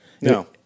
No